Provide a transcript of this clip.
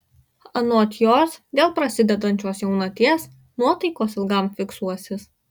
anot jos dėl prasidedančios jaunaties nuotaikos ilgam fiksuosis